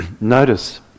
notice